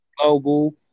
global